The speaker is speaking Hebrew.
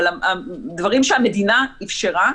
אבל דברים שהמדינה אפשרה,